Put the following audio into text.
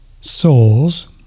souls